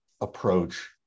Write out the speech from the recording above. approach